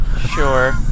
Sure